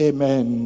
Amen